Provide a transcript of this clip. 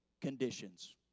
conditions